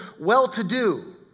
well-to-do